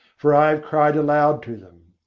for i have cried aloud to them.